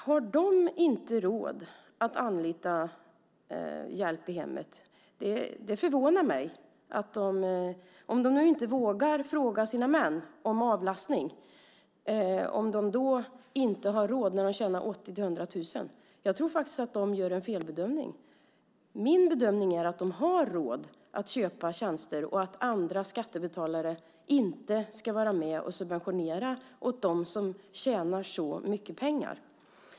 Har de inte råd att anlita hjälp i hemmet? Det förvånar mig. Om de nu inte vågar fråga sina män om avlastning - har de då inte råd när de tjänar 80 000-100 000? Jag tror faktiskt att de gör en felbedömning. Min bedömning är att de har råd att köpa tjänster och att andra skattebetalare inte ska vara med och subventionera för dem som tjänar så mycket pengar.